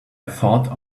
thought